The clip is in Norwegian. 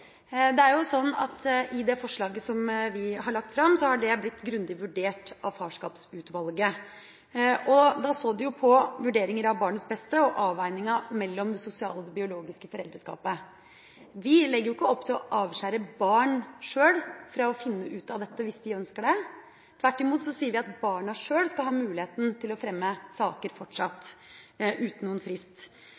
I det forslaget vi har lagt fram, har det blitt grundig vurdert av Farskapsutvalget. Da så de på vurderinger av barnets beste og avveininga mellom det sosiale og det biologiske foreldreskapet. Vi legger ikke opp til å avskjære barna fra muligheten til sjøl å finne ut av dette, hvis de ønsker det. Tvert imot sier vi at barna sjøl fortsatt skal ha muligheten til å fremme saker